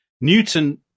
Newton